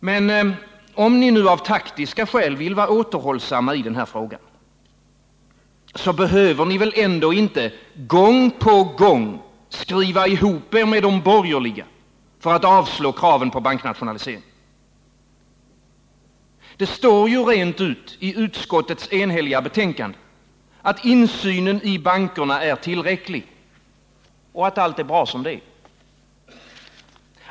Men om ni nu av taktiska skäl vill vara återhållsamma i den här frågan — så behöver ni väl ändå inte gång på gång skriva ihop er med de borgerliga för att avslå kraven på banknationalisering! Det står ju rent ut i utskottets enhälliga betänkande att insynen i bankerna är tillräcklig och att allt är bra som det är.